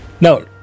now